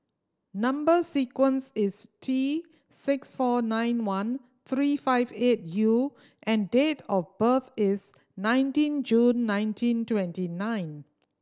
number sequence is T six four nine one three five eight U and date of birth is nineteen June nineteen twenty nine